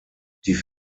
die